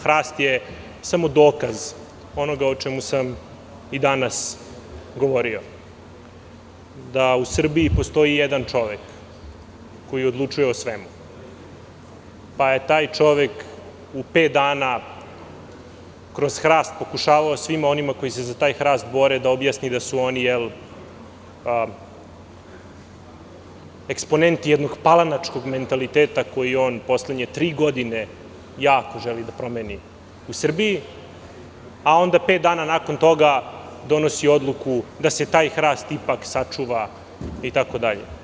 Hrast je samo dokaz onoga o čemu sam i danas govorio, da u Srbiji postoji jedan čovek koji odlučuje o svemu, pa je taj čovek u pet dana kroz hrast pokušavao, svima onima koji se za taj hrast bore, da objasni da su oni eksponenti jednog palanačkog mentaliteta koji on poslednje tri godine jako želi da promeni u Srbiji, a onda pet dana nakon toga donosi odluku da se taj hrast ipak sačuva itd.